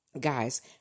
Guys